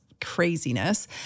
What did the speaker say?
craziness